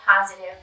positive